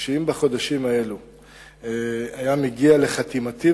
שאם בחודשים האלה זה היה מגיע לחתימתי,